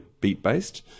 beat-based